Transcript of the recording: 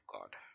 God